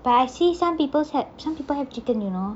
but I see some people have some people have chicken you know